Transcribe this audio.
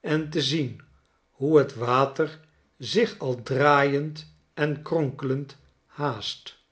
en te zien hoe het water zich al draaiend en kronkelend haast